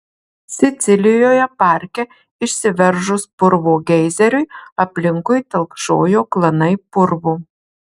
sicilijoje parke išsiveržus purvo geizeriui aplinkui telkšojo klanai purvo